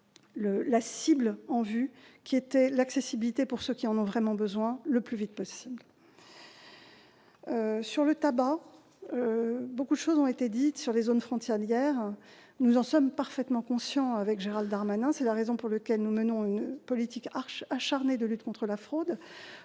sa cible de vue, à savoir l'accessibilité pour ceux qui en ont vraiment besoin, le plus rapidement possible. S'agissant du tabac, beaucoup de choses ont été dites sur les zones frontalières. Nous sommes parfaitement conscients de ce problème avec Gérald Darmanin. C'est la raison pour laquelle nous menons une politique acharnée de lutte contre la fraude